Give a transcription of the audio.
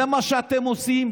זה מה שאתם עושים.